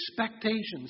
expectations